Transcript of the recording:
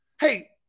Hey